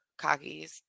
cockies